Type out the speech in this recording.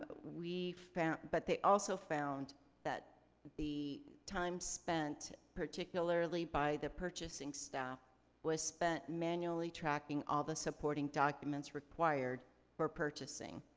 ah we found, but they also found that the time spent particularly by the purchasing staff was spent manually tracking all the supporting documents required for purchasing.